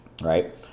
Right